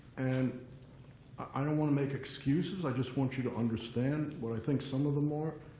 and i don't want to make excuses. i just want you to understand what i think some of them are.